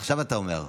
עכשיו אתה אומר.